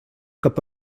cap